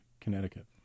Connecticut